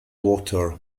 water